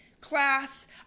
class